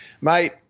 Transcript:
Mate